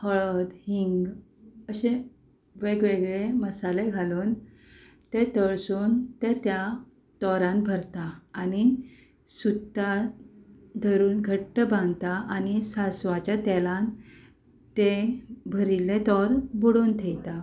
हळद हींग अशें वेग वेगळे मसाले घालून ते तळसून ते त्या तोरांत भरता आनी सुताक धरून घट्ट बांदता आनी सांसवाच्या तेलान तें भरिल्लें तोर बुडोवन थेयता